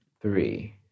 three